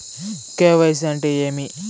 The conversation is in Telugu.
కె.వై.సి అంటే ఏమి?